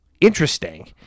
interesting